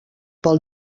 pel